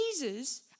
Jesus